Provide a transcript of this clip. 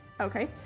Okay